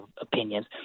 opinions